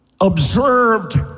observed